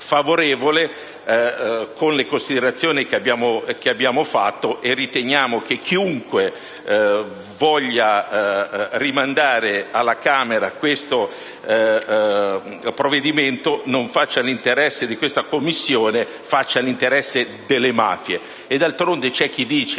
con le considerazioni che abbiamo svolto. Riteniamo che chiunque voglia rimandare alla Camera questo provvedimento non faccia l'interesse di questa Commissione, ma quello delle mafie. D'altronde c'è chi dice